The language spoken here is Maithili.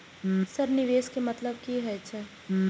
सर निवेश के मतलब की हे छे?